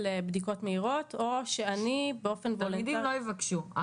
בדיקות מהירות או שאני באופן וולונטרי --- תלמידים לא יבקשו.